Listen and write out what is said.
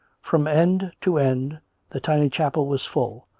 from end to end the tiny chapel was full,